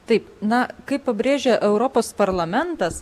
taip na kaip pabrėžia europos parlamentas